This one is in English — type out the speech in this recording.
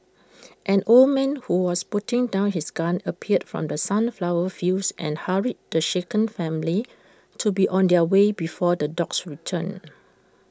an old man who was putting down his gun appeared from the sunflower fields and hurried the shaken family to be on their way before the dogs return